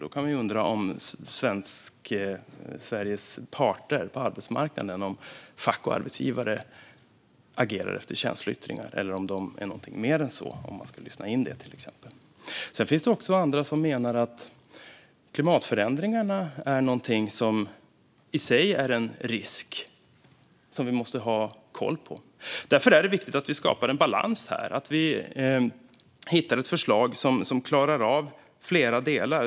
Då kan man undra om Sveriges parter på arbetsmarknaden - fack och arbetsgivare - agerar efter känsloyttringar eller om det är något mer än så och om man ska lyssna in det. Sedan finns det andra som menar att klimatförändringarna i sig är en risk som vi måste ha koll på. Därför är det viktigt att vi skapar en balans och att vi hittar ett förslag som klarar av flera delar.